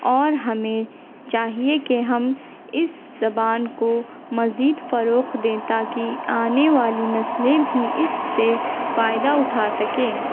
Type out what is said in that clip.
اور ہمیں چاہیے کہ ہم اس زبان کو مزید فروغ دیں تاکہ آنے والی نسلیں بھی اس سے فائدہ اٹھا سکیں